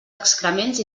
excrements